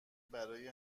برای